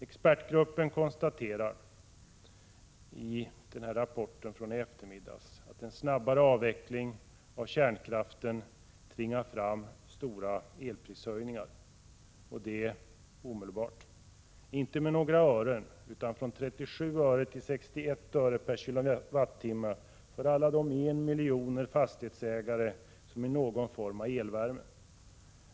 Expertgruppen konstaterar i rapporten som vi fick i eftermiddags att en snabbare avveckling av kärnkraften tvingar fram stora elprishöjningar — och det omedelbart. Inte höjningar med några ören utan från 37 öre till 61 öre per kWh för hela den miljon fastighetsägare som har elvärme i någon form.